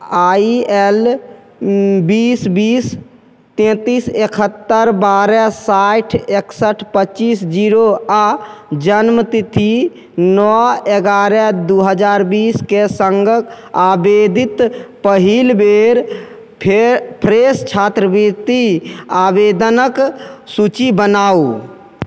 आई L बीस बीस तेंतीस एकहत्तरि बारह साठि एकसठ पचीस जीरो आ जन्मतिथि नओ एगारह दू हजार बीस के सङ्ग आबेदित पहिल बेर फे फ्रेश छात्रवृति आवेदनक सूची बनाउ